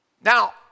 Now